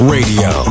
Radio